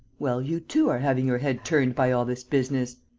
well, you too are having your head turned by all this business.